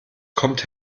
kommt